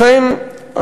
לכן,